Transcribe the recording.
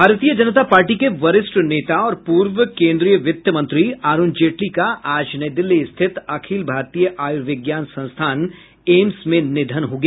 भारतीय जनता पार्टी के वरिष्ठ नेता और पूर्व केन्द्रीय वित्त मंत्री अरुण जेटली का आज नई दिल्ली स्थित अखिल भारतीय आयुर्विज्ञान संस्थान एम्स में निधन हो गया